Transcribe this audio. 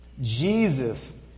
Jesus